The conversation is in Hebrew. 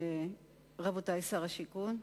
כבוד שר השיכון,